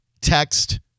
text